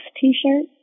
T-shirt